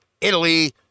Italy